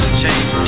change